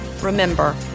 Remember